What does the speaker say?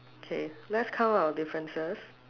okay let's count our differences